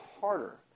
harder